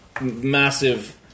Massive